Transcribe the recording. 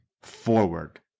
forward